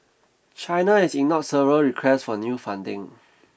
China has ignored several requests for new funding